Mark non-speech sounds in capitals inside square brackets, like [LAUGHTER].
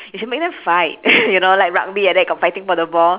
they should make them fight [LAUGHS] you know like rugby like that got fighting for the ball